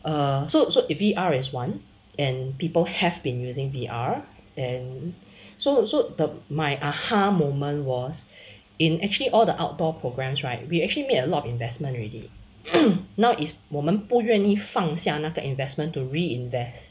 err so so V_R is one and people have been using V_R and so so my aha moment was in actually all the outdoor programmes right we actually made a lot of investment already now is 我们不愿意放下那个 investment to reinvest